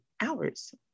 hours